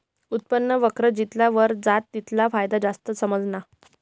उत्पन्न वक्र जितला वर जास तितला फायदा जास्त समझाना